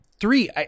three